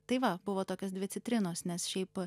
tai va buvo tokios dvi citrinos nes šiaip a